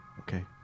okay